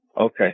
Okay